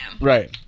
Right